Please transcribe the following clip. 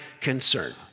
concern